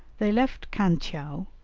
they left khan-tcheou,